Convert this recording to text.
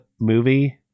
movie